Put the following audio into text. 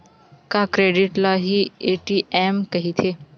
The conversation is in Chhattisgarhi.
का क्रेडिट ल हि ए.टी.एम कहिथे?